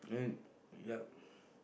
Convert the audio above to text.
I mean yup